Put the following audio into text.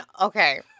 okay